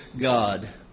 God